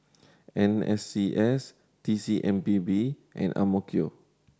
N S C S T C M P B and AMK